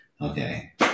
Okay